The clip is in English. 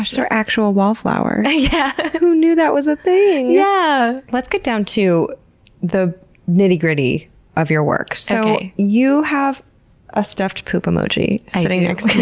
ah they're actual wallflowers. yeah who knew that was a thing? yeah let's get down to the nitty-gritty of your work. so, you have a stuffed poop emoji sitting next to me.